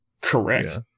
correct